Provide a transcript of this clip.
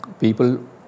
people